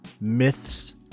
myths